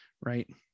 right